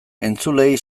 entzuleei